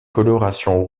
coloration